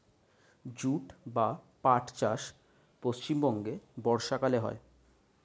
jute বা পাট চাষ পশ্চিমবঙ্গে বর্ষাকালে হয়